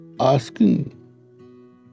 asking